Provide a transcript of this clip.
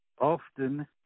often